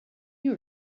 you